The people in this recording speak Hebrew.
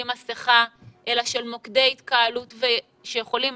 מסכה אלא של מוקדי התקהלות שיכולים